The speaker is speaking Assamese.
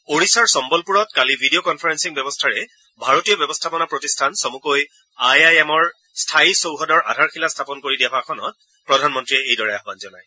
ওড়িশাৰ চম্মলপুৰত কালি ভিডিঅ' কনফাৰেলিং ব্যৱস্থাৰে ভাৰতীয় ব্যৱস্থাপনা প্ৰতিষ্ঠান চমুকৈ আই আই এমৰ স্থায়ী চৌহদৰ আধাৰশিলা স্থাপন কৰি দিয়া ভাষণত প্ৰধানমন্ত্ৰীয়ে এইদৰে আহান জনায়